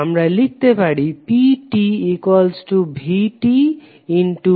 আমরা লিখতে পারি ptvti উভয়েই সময় ক্ষেত্রে